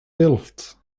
built